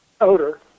odor